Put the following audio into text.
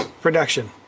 Production